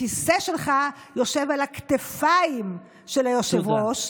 הכיסא שלך יושב על הכתפיים של היושב-ראש.